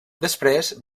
després